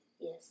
Yes